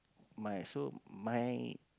my so my